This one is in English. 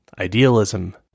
Idealism